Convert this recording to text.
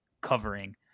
covering